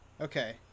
okay